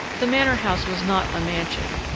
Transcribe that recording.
the manor-house was not a mansion.